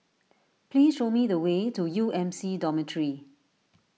please show me the way to U M C Dormitory